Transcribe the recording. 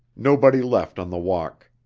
nobody left on the walk.